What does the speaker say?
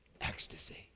ecstasy